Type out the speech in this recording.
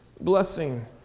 blessing